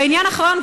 ועניין אחרון,